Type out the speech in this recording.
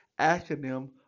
acronym